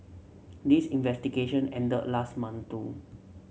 this investigation ended last month too